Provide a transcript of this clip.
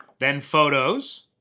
then photos,